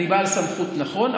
נכון,